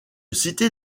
cité